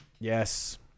Yes